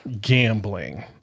gambling